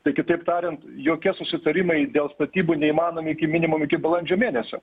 tai kitaip tariant jokie susitarimai dėl statybų neįmanomi iki minimum iki balandžio mėnesio